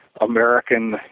American